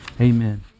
Amen